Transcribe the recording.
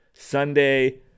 Sunday